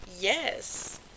yes